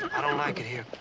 i don't like it here.